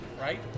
right